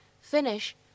finish